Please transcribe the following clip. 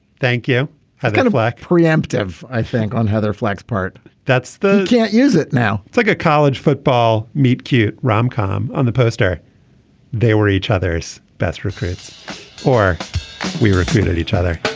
thank you got a black pre-emptive i think on heather flax part. that's the. can't use it now it's like a college football meet cute rom com on the poster they were each other's best recruits or we recruited each other.